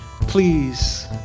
Please